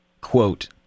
quote